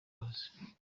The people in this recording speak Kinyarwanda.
hose